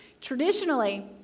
Traditionally